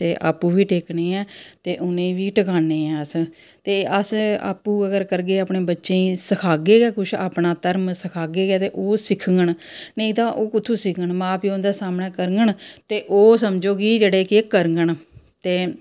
ते आपूं बी टेकना ऐ ते उनेंई बी टकानें आं अस ते अस आपूं अगर करगे अपनें बच्चे ई बी सखागे गै कुछ अपना धर्म सखागे गै ओह् सिखङन नेईं तां ओह् कुत्थूं सिखङन मां प्योऽ उंदै सामनै करङन ते ओह् समझो कि जेह्ड़े कि करङन ते